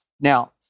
Now